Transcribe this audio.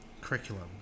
curriculum